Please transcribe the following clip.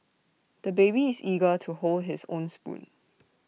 the baby is eager to hold his own spoon